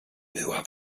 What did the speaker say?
była